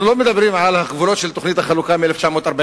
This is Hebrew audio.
אנחנו לא מדברים על הגבולות של תוכנית החלוקה מ-1947,